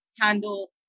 handle